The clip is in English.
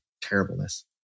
terribleness